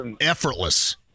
effortless